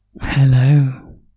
Hello